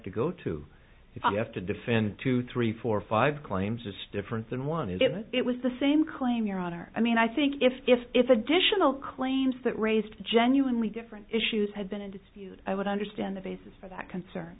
to go to if you have to defend two three four five claims it's different than one is it it was the same claim your honor i mean i think if if if additional claims that raised genuinely different issues had been in dispute i would understand the basis for that concern